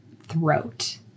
throat